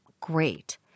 Great